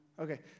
okay